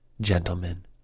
gentlemen